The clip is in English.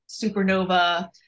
Supernova